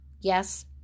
Yes